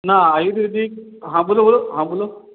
ના આયુર્વેદિક હા બોલો બોલો હા બોલો